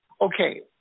Okay